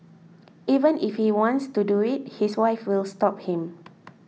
even if he wants to do it his wife will stop him